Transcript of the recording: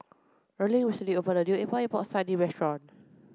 Erling recently opened a new Epok Epok Sardin restaurant